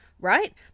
right